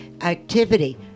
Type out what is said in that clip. activity